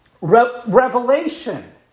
revelation